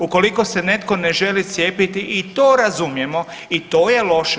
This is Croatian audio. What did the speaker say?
Ukoliko se netko ne želi cijepiti i to razumijemo i to je loše.